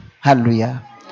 Hallelujah